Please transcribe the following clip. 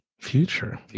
future